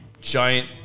giant